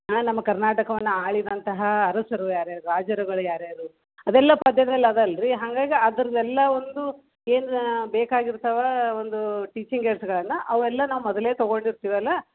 ಆಂ ನಮ್ಮ ಕರ್ನಾಟಕವನ್ನು ಆಳಿದಂತಹ ಅರಸರು ಯಾರು ಯಾರು ರಾಜರುಗಳು ಯಾರು ಯಾರು ಅದೆಲ್ಲ ಪದ್ಯದಲ್ಲಿ ಅದಲ್ಲ ರೀ ಹಾಗಾಗಿ ಅದ್ರದ್ದೆಲ್ಲ ಒಂದು ಏನು ಬೇಕಾಗಿರ್ತವೆ ಒಂದು ಟೀಚಿಂಗ್ ಏಡ್ಸ್ಗಳನ್ನು ಅವೆಲ್ಲ ನಾವು ಮೊದಲೇ ತೊಗೊಂಡಿರ್ತೀವಿ ಅಲ್ಲಾ